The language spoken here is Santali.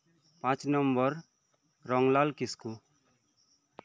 ᱯᱟᱸᱪ ᱱᱚᱢᱵᱚᱨ ᱨᱚᱢᱞᱟᱞ ᱠᱤᱥᱠᱩ